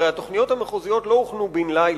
הרי התוכניות המחוזיות לא הוכנו בן-לילה.